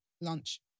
lunch